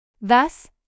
Thus